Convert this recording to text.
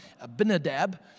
Abinadab